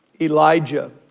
Elijah